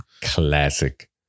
classic